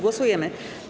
Głosujemy.